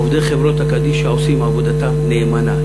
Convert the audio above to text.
עובדי חברות הקדישא עושים עבודתם נאמנה.